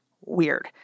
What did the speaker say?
weird